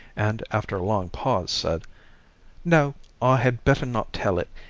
and after a long pause said no, i had better not tell it.